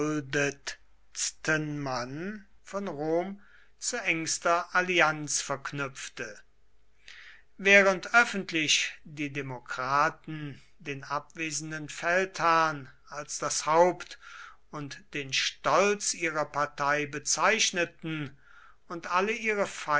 von rom zu engster allianz verknüpfte während öffentlich die demokraten den abwesenden feldherrn als das haupt und den stolz ihrer partei bezeichneten und alle ihre